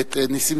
ותועבר